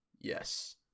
Yes